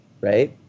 right